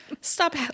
stop